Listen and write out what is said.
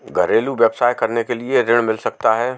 घरेलू व्यवसाय करने के लिए ऋण मिल सकता है?